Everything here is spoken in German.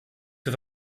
für